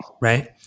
right